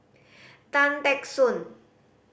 Tan Teck Soon